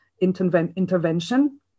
intervention